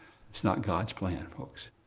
it's not god's plan, folks.